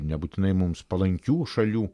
nebūtinai mums palankių šalių